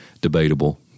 Debatable